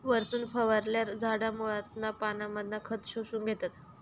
वरसून फवारल्यार झाडा मुळांतना पानांमधना खत शोषून घेतत